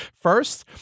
First